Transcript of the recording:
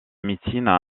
médecine